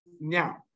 now